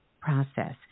process